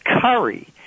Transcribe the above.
curry